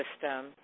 system